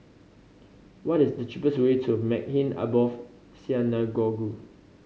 what is the cheapest way to Maghain Aboth Synagogue